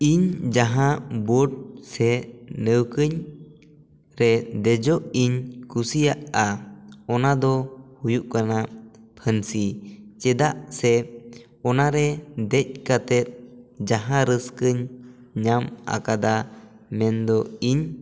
ᱤᱧ ᱡᱟᱦᱟᱸ ᱵᱳᱴ ᱥᱮ ᱞᱟᱹᱣᱠᱟᱹᱧ ᱨᱮ ᱫᱮᱡᱚᱜ ᱤᱧ ᱠᱩᱥᱤᱭᱟᱜᱼᱟ ᱚᱱᱟ ᱫᱚ ᱦᱩᱭᱩᱜ ᱠᱟᱱᱟ ᱯᱷᱟᱹᱱᱥᱤ ᱪᱮᱫᱟᱜ ᱥᱮ ᱚᱱᱟ ᱨᱮ ᱫᱮᱡ ᱠᱟᱛᱮᱫ ᱡᱟᱦᱟᱸ ᱨᱟᱹᱥᱠᱟᱹᱧ ᱧᱟᱢ ᱟᱠᱟᱫᱟ ᱢᱮᱱ ᱫᱚ ᱤᱧ